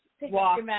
walk